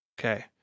Okay